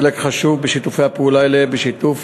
חלק חשוב בשיתופי הפעולה האלה הוא בשיתוף,